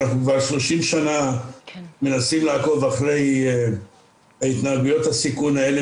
אנחנו כבר 30 שנה מנסים לעקוב אחרי התנהגויות הסיכון האלה